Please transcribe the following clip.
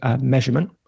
measurement